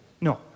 No